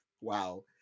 Wow